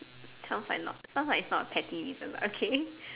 sound like not sounds like it's not petty but okay